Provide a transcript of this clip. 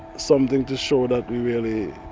something to show that we really